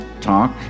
talk